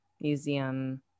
museum